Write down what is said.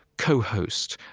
co-host,